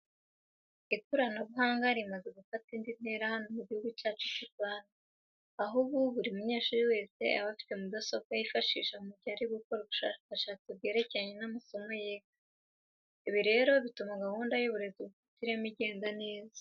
Ikoranabuhanga rimaze gufata indi ntera hano mu Gihugu cyacu cy'u Rwanda, aho ubu buri munyeshuri wese aba afite mudasobwa yifashisha mu gihe ari gukora ubushakashatsi bwerekeranye n'amasomo yiga. Ibi rero bituma gahunda y'uburezi bufite ireme igenda neza.